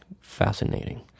fascinating